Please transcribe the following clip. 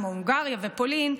כמו הונגריה ופולין,